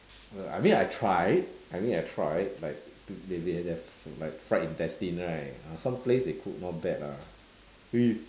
I mean I tried I mean I tried like the they have the like fried intestine right ah some place they cook not bad lah